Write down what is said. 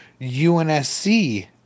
UNSC